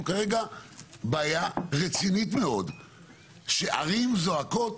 כרגע בעיה רצינית מאוד שערים זועקות